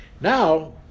Now